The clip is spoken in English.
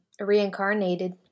reincarnated